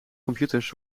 computers